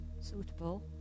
suitable